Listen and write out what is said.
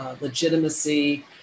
legitimacy